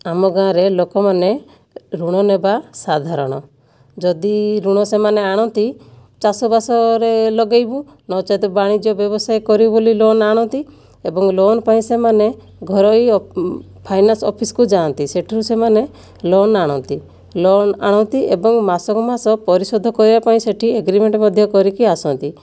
ଆମ ଗାଁରେ ଲୋକମାନେ ଋଣ ନେବା ସାଧାରଣ ଯଦି ଋଣ ସେମାନେ ଆଣନ୍ତି ଚାଷବାସରେ ଲଗାଇବୁ ନଚେତ୍ ବାଣିଜ୍ୟ ବ୍ୟବସାୟ କରିବୁ ବୋଲି ଆଣନ୍ତି ଏବଂ ଲୋନ୍ ପାଇଁ ସେମାନେ ଘରୋଇ ଫାଇନାନ୍ସ ଅଫିସ୍କୁ ଯାଆନ୍ତି ସେଠାରୁ ସେମାନେ ଲୋନ୍ ଆଣନ୍ତି ଲୋନ୍ ଆଣନ୍ତି ଏବଂ ମାସକୁ ମାସ ପରିଶୋଧ କରିବା ପାଇଁ ସେଠି ଏଗ୍ରିମେଣ୍ଟ ମଧ୍ୟ କରିକି ଆସନ୍ତି